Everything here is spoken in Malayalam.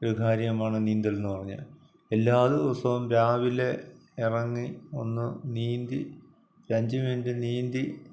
ഒരു കാര്യമാണ് നീന്തൽ എന്നു പറഞ്ഞാല് എല്ലാ ദിവസവും രാവിലെ ഇറങ്ങി ഒന്ന് നീന്തി ഒരഞ്ചു മിനിറ്റ് നീന്തി